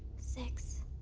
six.